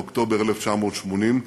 באוקטובר 1980,